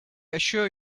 assure